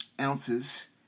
ounces